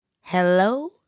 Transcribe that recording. Hello